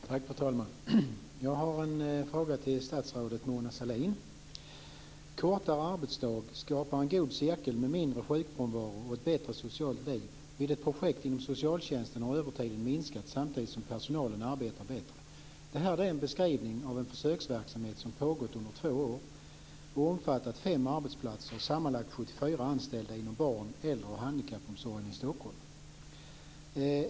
Fru talman! Jag har en fråga till statsrådet Mona En kortare arbetsdag skapar en god cirkel med mindre sjukfrånvaro och ett bättre socialt liv. Vid ett projekt inom socialtjänsten har övertiden minskat samtidigt som personalen arbetar bättre. Det här är en beskrivning av en försöksverksamhet som har pågått under två år och omfattat fem arbetsplatser och sammanlagt 74 anställda inom barn-, äldre och handikappomsorgen i Stockholm.